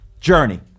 Journey